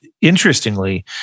interestingly